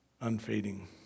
unfading